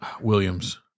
Williams